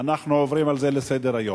אנחנו עוברים על זה לסדר-היום.